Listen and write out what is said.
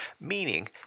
meaning